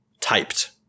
typed